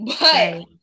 But-